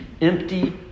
empty